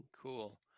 Cool